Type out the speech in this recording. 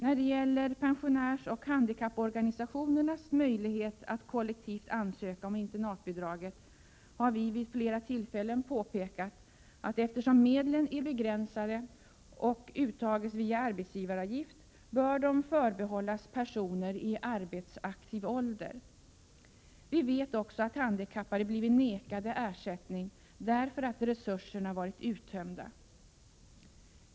Vad gäller pensionärsoch handikapporganisationernas möjlighet att kollektivt ansöka om internatbidraget har vi vid flera tillfällen påpekat, att eftersom medlen är begränsade och uttas via arbetsgivaravgift, bör de förbehållas personer i arbetsaktiv ålder. Vi vet också att handikappade blivit nekade ersättning därför att resurserna varit uttömda.